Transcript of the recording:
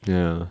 ya